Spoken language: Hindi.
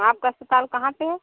आपका अस्पताल कहाँ पर है